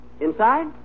Inside